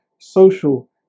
social